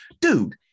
dude